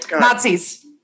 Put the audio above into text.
Nazis